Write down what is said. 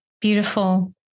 beautiful